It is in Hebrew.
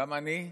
גם אני,